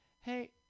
hey